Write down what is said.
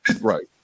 Right